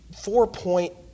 four-point